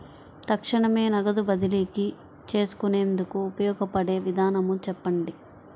తక్షణమే నగదు బదిలీ చేసుకునేందుకు ఉపయోగపడే విధానము చెప్పండి?